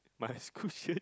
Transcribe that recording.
my school shirt